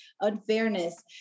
unfairness